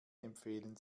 empfehlen